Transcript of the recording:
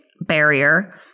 barrier